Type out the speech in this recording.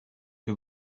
que